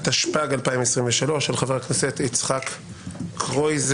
התשפ"ג-2023, של חבר הכנסת יצחק קרויזר.